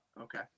okay